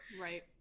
right